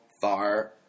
far